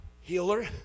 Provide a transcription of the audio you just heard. healer